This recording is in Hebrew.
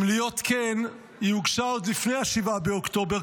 אם להיות כן, היא הוגשה עוד לפני 7 באוקטובר.